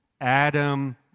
Adam